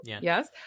yes